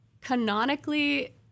canonically